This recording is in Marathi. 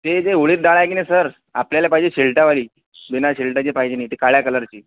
ती जे उडीद डाळ आहे की नाही सर आपल्याला पाहिजे शेलटावाली बिना शेलटाची पाहिजे मिळते ती काळ्या कलरची